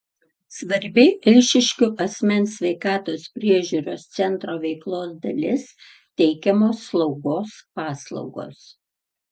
svarbi eišiškių asmens sveikatos priežiūros centro veiklos dalis teikiamos slaugos paslaugos